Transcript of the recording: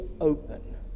open